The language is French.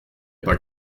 pas